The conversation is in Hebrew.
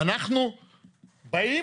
אנחנו באים